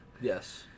Yes